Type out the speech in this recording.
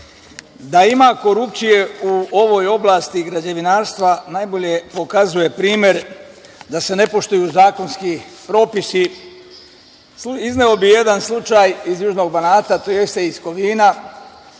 ima korupcije u ovoj oblasti građevinarstva najbolje pokazuje primer da se ne poštuju zakonski propisi. Izneo bih jedan slučaj iz južnog Banata, tj. iz Kovina.